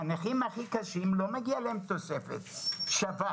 הנכים הכי קשים, לא מגיעה להם תוספת שווה.